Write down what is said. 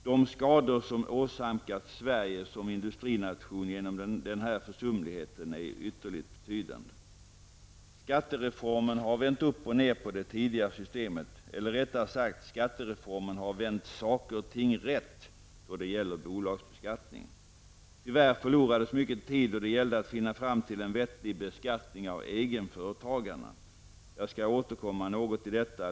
De skador som åsamkats Sverige som industrination genom denna försumlighet är ytterligt betydande. Skattereformen har vänt upp och ned på det tidigare systemet, eller rättare sagt, skattereformen har vänt saker och ting rätt när det gäller bolagsbeskattningen. Tyvärr förlorades mycket tid då det gällde att finna fram till en vettig beskattning av egenföretagarna. Jag skall återkomma något till detta.